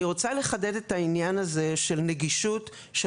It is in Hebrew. אני רוצה לחדד את העניין של נגישות של